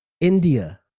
India